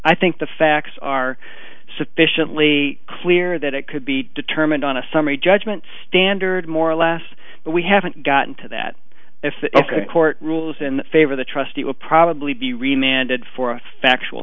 i think the facts are sufficiently clear that it could be determined on a summary judgment standard more last but we haven't gotten to that if the court rules in favor the trustee will probably be remitted for factual